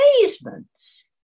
amazements